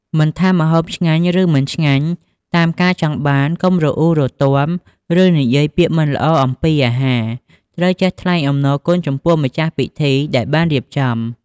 មិនថាម្ហូបឆ្ងាញ់ ឬមិនឆ្ងាញ់តាមការចង់បាន កុំរអ៊ូរទាំ ឬនិយាយពាក្យមិនល្អអំពីអាហារ ត្រូវចេះថ្លែងអំណរគុណចំពោះម្ចាស់ពិធីដែលបានរៀបចំ។